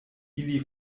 ili